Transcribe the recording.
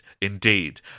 indeed